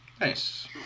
nice